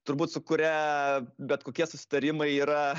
turbūt su kuria bet kokie susitarimai yra